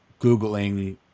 Googling